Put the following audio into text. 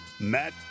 Matt